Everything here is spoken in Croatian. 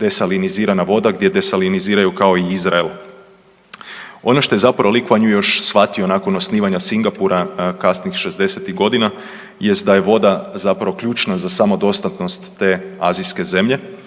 desalinizirana voda gdje desaliniziraju kao i Izrael. Ono šta je zapravo Li Kvan Ju još shvatio nakon osnivanja Singapura kasnih '60.-tih godina jest da je voda zapravo ključna zapravo za samodostatnost te azijske zemlje